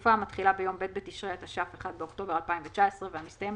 לתקופה המתחילה ביום ב' בתשרי התש"ף (1 באוקטובר 2019) והמסתיימת